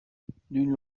d’une